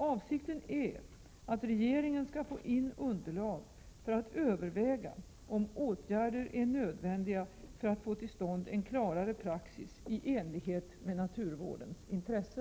Avsikten är att regeringen skall få in underlag för att överväga om åtgärder är nödvändiga för att få till stånd en klarare praxis i enlighet med naturvårdens intresse.